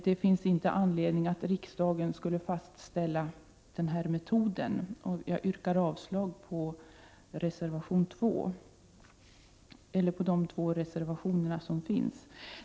Det finns därför inte anledning för riksdagen att fastställa någon speciell metod. Jag yrkar avslag på de båda reservationerna i betänkandet.